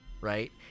right